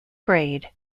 grade